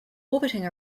orbiting